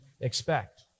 expect